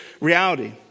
reality